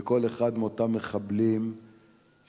לכל אחד מאותם מחבלים ששוחררו.